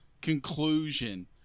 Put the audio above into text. conclusion